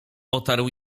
otarł